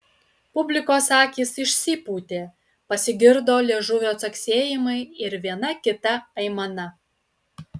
publikos akys išsipūtė pasigirdo liežuvio caksėjimai ir viena kita aimana